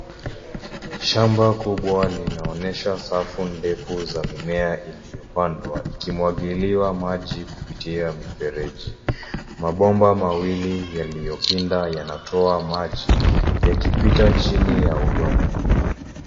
Shamba kubwa linaonyesha safu ndefu za mimea iliyopandwa ikimwagiliwa maji kupitia mifereji. Mabomba mawili yaliyopinda yanatoa maji yakipita chini ya udongo.